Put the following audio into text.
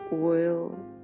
oil